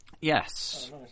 Yes